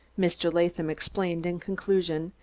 mr. latham explained in conclusion,